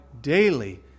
daily